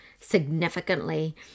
significantly